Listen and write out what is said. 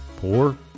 poor